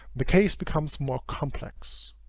the case becomes more complex.